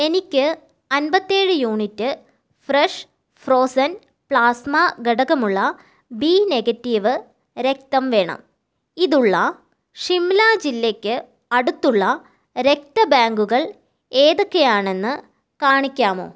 എനിക്ക് അൻമ്പത്തേഴ് unit fresh frozen plasma ഘടകമുള്ള ബി നെഗറ്റീവ് രക്തം വേണം ഇതുള്ള ഷിംല ജില്ലയ്ക്ക് അടുത്തുള്ള രക്തബാങ്കുകൾ ഏതൊക്കെയാണെന്ന് കാണിക്കാമോ